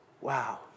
wow